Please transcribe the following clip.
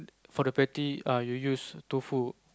for the patty ah you use Tofu